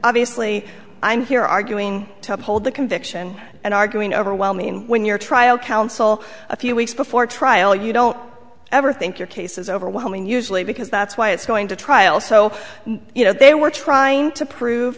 obviously i'm here arguing to uphold the conviction and arguing over well meaning when your trial counsel a few weeks before trial you don't ever think your case is overwhelming usually because that's why it's going to trial so you know they were trying to prove